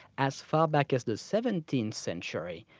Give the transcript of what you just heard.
as far back as the seventeenth century,